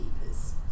keepers